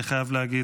אני חייב להגיד: